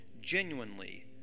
genuinely